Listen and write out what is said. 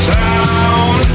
town